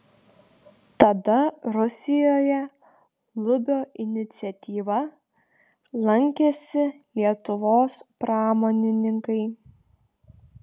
tada rusijoje lubio iniciatyva lankėsi lietuvos pramonininkai